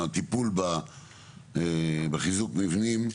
הטיפול בחיזוק מבנים.